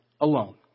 alone